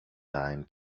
time